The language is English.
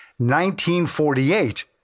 1948